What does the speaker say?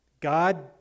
God